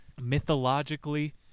Mythologically